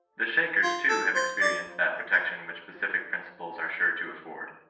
the shakers, too, have experienced that protection which pacific principles are sure to afford.